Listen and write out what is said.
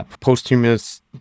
posthumous